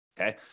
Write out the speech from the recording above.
okay